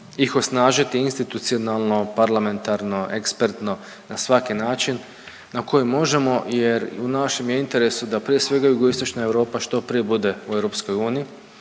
ih osnažiti institucionalno, parlamentarno, ekspertno na svaki način na koji možemo jer i u našem je interesu da prije svega Jugoistočna Europa što prije bude u EU jer